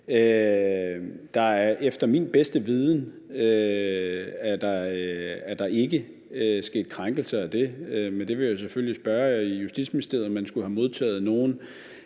til min bedste viden ikke sket krænkelser af det, men det vil jeg selvfølgelig spørge i Justitsministeriet om man skulle have modtaget nogen